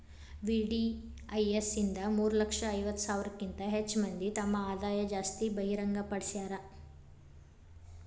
VDIS ಇಂದ ಮೂರ ಲಕ್ಷ ಐವತ್ತ ಸಾವಿರಕ್ಕಿಂತ ಹೆಚ್ ಮಂದಿ ತಮ್ ಆದಾಯ ಆಸ್ತಿ ಬಹಿರಂಗ್ ಪಡ್ಸ್ಯಾರ